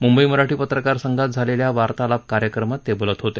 मुंबई मराठी पत्रकार संघात झालेल्या वार्तालाप कार्यक्रमात ते बोलत होते